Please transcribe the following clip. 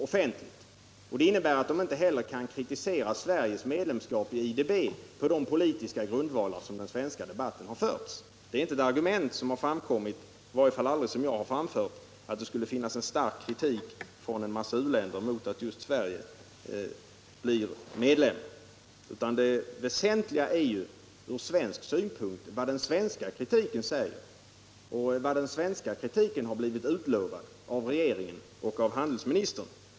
Detta innebär att de inte heller kritiserar Sveriges medlemskap i IDB på de politiska grundvalar på vilka den svenska debatten har förts. Det är inte det argumentet som har framkommit — i varje fall har jag aldrig fört fram det — att många u-länder riktar stark kritik mot att just Sverige blir medlem. Nej, det som är viktigt från svensk synpunkt är i stället vad den svenska kritiken säger, och vad de kritikerna har blivit utlovade av regeringen och av handelsministern.